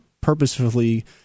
purposefully